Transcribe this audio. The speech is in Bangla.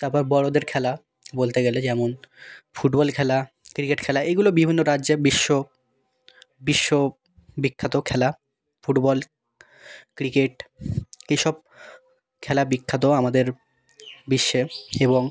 তারপর বড়দের খেলা বলতে গেলে যেমন ফুটবল খেলা ক্রিকেট খেলা এইগুলো বিভিন্ন রাজ্যে বিশ্ব বিশ্ববিখ্যাত খেলা ফুটবল ক্রিকেট এসব খেলা বিখ্যাত আমাদের বিশ্বে এবং